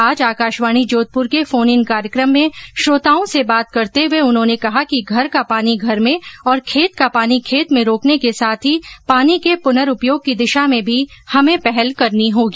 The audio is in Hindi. आज आकाशवाणी जोधपुर के फोन इन कार्यक्रम में श्रोताओं से बात करते हये उन्होने कहा कि घर का पानी घर में और खेत का पानी खेत में रोकने के साथ ही पानी के प्र्नउपयोग की दिशा में भी हमें पहल करनी होगी